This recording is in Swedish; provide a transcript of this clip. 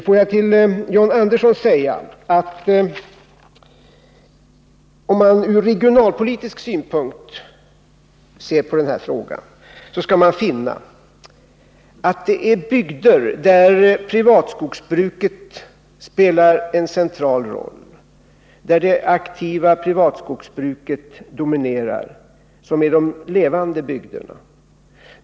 Får jag till John Andersson säga att om man ser på den här frågan ur regionalpolitisk synpunkt skall man finna att bygder där privatskogsbruket spelar en central roll och där det aktiva privatskogsbruket dominerar är de levande bygderna.